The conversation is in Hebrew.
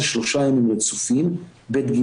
ובין השאר לאנשים שמאוד מתעסקים ב-PTSD,